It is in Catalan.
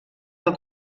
del